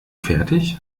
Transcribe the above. fertig